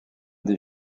des